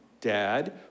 dad